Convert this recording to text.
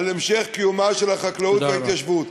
על המשך קיומן של החקלאות וההתיישבות.